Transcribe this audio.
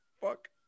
Fuck